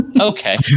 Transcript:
okay